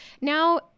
Now